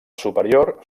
superior